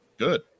good